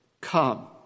come